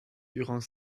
durant